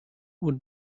would